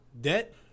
Debt